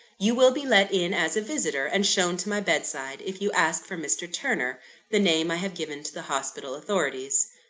you will be let in as a visitor, and shown to my bedside, if you ask for mr. turner the name i have given to the hospital authorities.